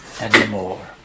anymore